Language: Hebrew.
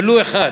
ולו אחד.